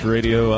Radio